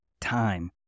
time